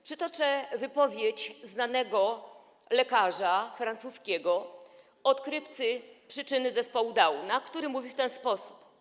Przytoczę wypowiedź znanego lekarza francuskiego, odkrywcy przyczyny zespołu Downa, który mówił w ten sposób: